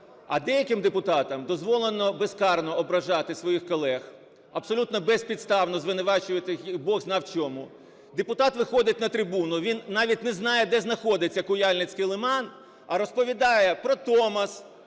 А деяким депутатам дозволено безкарно ображати своїх колег, абсолютно безпідставно звинувачувати їх Бог знає, в чому. Депутат виходить на трибуну, він навіть не знає, де знаходиться Куяльницький лиман, а розповідає про Томос,